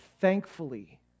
thankfully